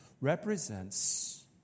represents